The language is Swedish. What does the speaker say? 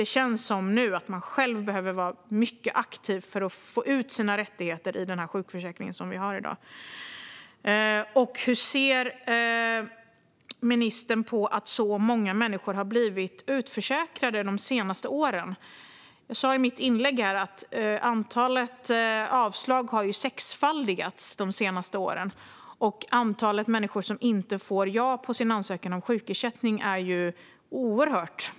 Nu känns det som att man behöver vara mycket aktiv själv för att få ut sina rättigheter i den sjukförsäkring vi har i dag. Hur ser ministern på att så många människor har blivit utförsäkrade de senaste åren? Jag sa i mitt inlägg att antalet avslag har sexfaldigats de senaste åren, och det är oerhört många människor som inte får ja på sin ansökan om sjukersättning.